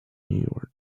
new